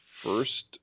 first